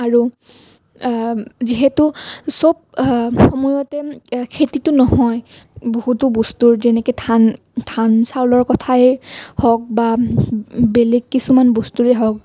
আৰু যিহেতু চব সময়তে খেতিটো নহয় বহুতো বস্তুৰ যেনেকৈ ধান ধান চাউলৰ কথায়ে হওক বা বেলেগ কিছুমান বস্তুৰে হওক